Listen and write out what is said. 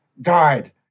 died